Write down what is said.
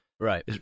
Right